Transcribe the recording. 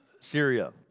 Syria